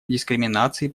дискриминации